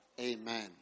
Amen